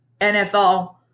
NFL